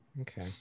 okay